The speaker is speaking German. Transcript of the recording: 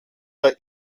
der